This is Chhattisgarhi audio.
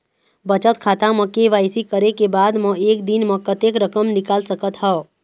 बचत खाता म के.वाई.सी करे के बाद म एक दिन म कतेक रकम निकाल सकत हव?